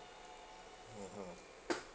(uh huh)